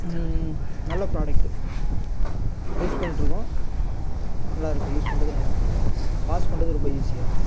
நல்ல product use பண்ணிட்டுருக்கோம் நல்லாருக்கு யூஸ் பண்ணுறதுக்கு நல்லாருக்கு வாஷ் பண்ணுறது ரொம்ப ஈஸியாக இருக்கு